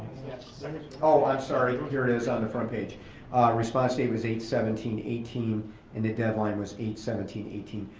yeah second one. oh, i'm sorry, here it is on the front page. our response date was eight seventeen eighteen and the deadline was eight seventeen eighteen.